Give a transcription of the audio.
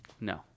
No